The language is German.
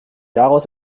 daraus